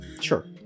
Sure